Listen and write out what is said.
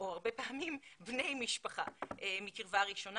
או הרבה פעמים בני משפחה מקרבה ראשונה.